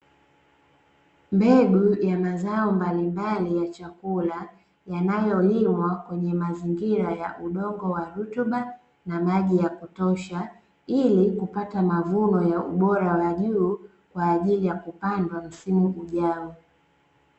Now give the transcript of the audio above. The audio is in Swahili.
Mbegu ya mazao mbalimbali ya chakula, yanayolimwa kwenye mazingira ya udongo wa rutuba na maji ya kutosha ili kupata mavuno ya ubora wa juu kwa ajili ya kupandwa msimu ujao.